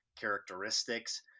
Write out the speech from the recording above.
characteristics